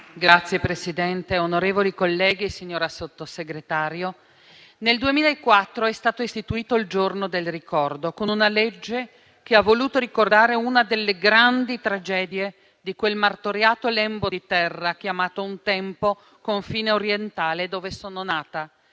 Signor Presidente, onorevoli colleghi, signora Sottosegretario, nel 2004 è stato istituito il Giorno del ricordo con una legge che ha voluto ricordare una delle grandi tragedie di quel martoriato lembo di terra chiamato un tempo confine orientale, dove sono nata